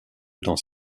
dans